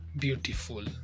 beautiful